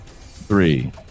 three